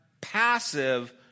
passive